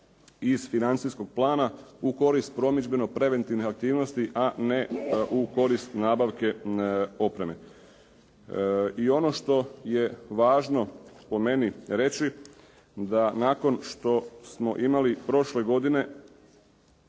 iz financijskog plana u korist promidžbeno preventivnih aktivnosti, a ne u korist nabavke opreme. I ono što je važno po meni reći da nakon što smo imali prošle godine